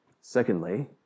Secondly